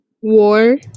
war